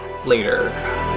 later